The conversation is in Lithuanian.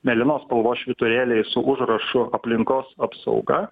mėlynos spalvos švyturėliais su užrašu aplinkos apsauga